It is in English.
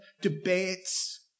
debates